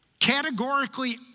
categorically